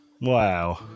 Wow